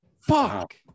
fuck